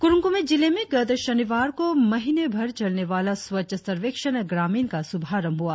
कुंरुग क्रमे जिले में गत शनिवार को महीनेभर चलने वाला स्वच्छ सर्वेक्षण ग्रामीण का शुभारंभ हुआ